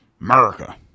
America